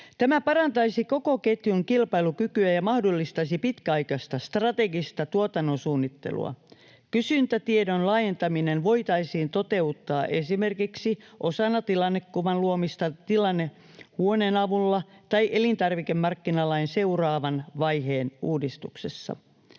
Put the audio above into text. Tämä parantaisi koko ketjun kilpailukykyä ja mahdollistaisi pitkäaikaista strategista tuotannon suunnittelua. Kysyntätiedon laajentaminen voitaisiin toteuttaa esimerkiksi osana tilannekuvan luomista tilannehuoneen avulla tai elintarvikemarkkinalain seuraavan vaiheen uudistuksessa.